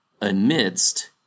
amidst